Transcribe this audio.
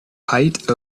height